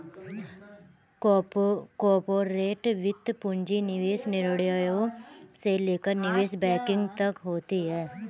corporate वित्त पूंजी निवेश निर्णयों से लेकर निवेश बैंकिंग तक होती हैं